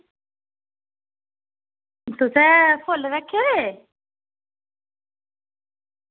तुसें फुल्ल रक्खे दे